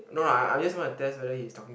no lah I I just want to test whether he's talking